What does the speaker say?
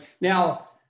Now